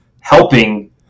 helping